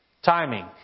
Timing